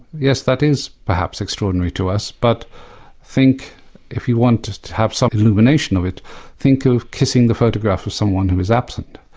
yes, that is perhaps extraordinary to us, but think if you want to have some illumination of it think of kissing the photograph of someone who is absent.